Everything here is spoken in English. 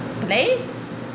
place